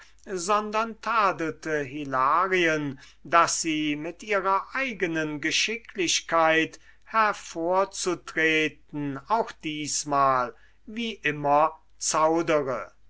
sondern tadelte hilarien daß sie mit ihrer eigenen geschicklichkeit hervorzutreten auch diesmal wie immer zaudere